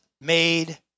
made